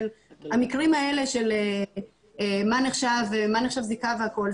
של המקרים האלה של מה נחשב זיקה והכול,